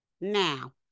Now